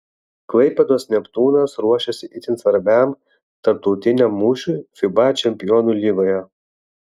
klaipėdos neptūnas ruošiasi itin svarbiam tarptautiniam mūšiui fiba čempionų lygoje